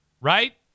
right